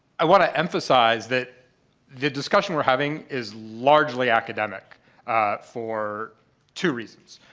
i want to emphasize that the discussion we're having is largely academic for two reasons.